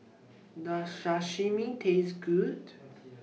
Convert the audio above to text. Does Sashimi Taste Good